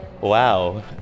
Wow